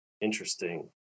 Interesting